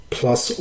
plus